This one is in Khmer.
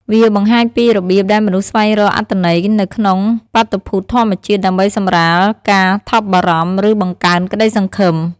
វាបង្ហាញពីរបៀបដែលមនុស្សស្វែងរកអត្ថន័យនៅក្នុងបាតុភូតធម្មជាតិ ដើម្បីសម្រាលការថប់បារម្ភ ឬបង្កើនក្តីសង្ឃឹម។